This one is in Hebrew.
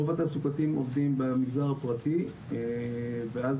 רוב התעסוקתיים עובדים במגזר הפרטי ואז